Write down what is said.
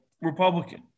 Republican